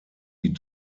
die